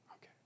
Okay